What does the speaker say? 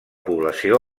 població